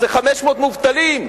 אז זה 500 מובטלים.